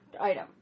item